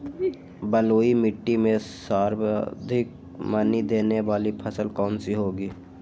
बलुई मिट्टी में सर्वाधिक मनी देने वाली फसल कौन सी होंगी?